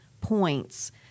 points